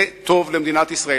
זה טוב למדינת ישראל.